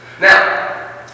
Now